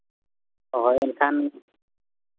ᱦᱳᱭ ᱮᱱᱠᱷᱟᱱ